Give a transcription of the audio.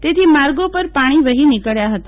તેથી માર્ગો પર પાણી વહી નીકળ્યા હતા